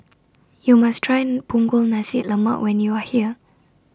YOU must Try Punggol Nasi Lemak when YOU Are here